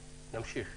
נמשיך.